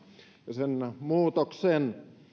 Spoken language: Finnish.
ja sen muutoksen